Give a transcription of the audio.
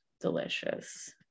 Delicious